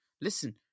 listen